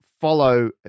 follow